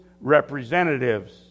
representatives